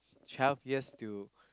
twelve years till